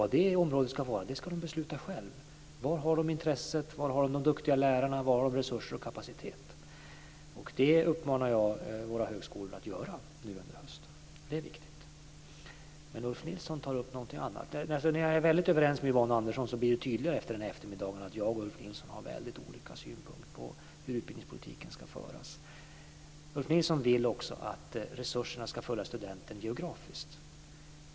Vad det området ska vara ska de besluta själva beroende på var de har intresset, de duktiga lärarna, resurser och kapacitet. Det uppmanar jag våra högskolor att göra under hösten. Det är viktigt, men Ulf Nilsson tar upp någonting annat. När jag nu är väldigt överens med Yvonne Andersson blir det tydligt efter den här eftermiddagen att jag och Ulf Nilsson har väldigt olika synpunkter på hur utbildningspolitiken ska föras. Ulf Nilsson vill också att resurserna ska följa studenten geografiskt.